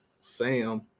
Sam –